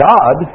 God